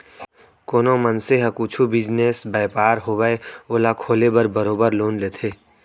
कोनो मनसे ह कुछु बिजनेस, बयपार होवय ओला खोले बर बरोबर लोन लेथे